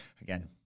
again